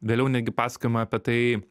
vėliau netgi pasakojama apie tai